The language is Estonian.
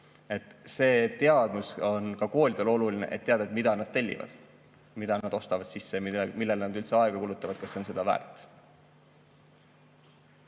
see teadmus on ka koolidele oluline, et teada, mida nad tellivad, mida nad ostavad sisse, millele nad üldse aega kulutavad ja kas see on seda väärt.